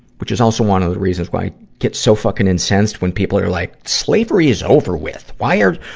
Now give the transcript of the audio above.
which is also one of the reasons why i get so fucking incensed when people are like, slavery is over with. why are,